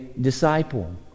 disciple